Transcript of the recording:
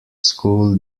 school